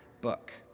book